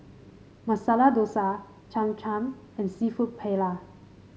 Masala Dosa Cham Cham and seafood Paella